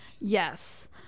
yes